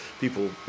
people